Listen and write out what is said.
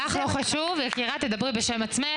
לך לא חשוב יקירה, תדברי בשם עצמך.